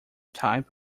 type